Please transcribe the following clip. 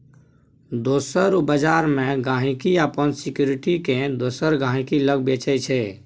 दोसर बजार मे गांहिकी अपन सिक्युरिटी केँ दोसर गहिंकी लग बेचय छै